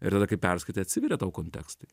ir tada kai perskaitai atsiveria tau kontekstai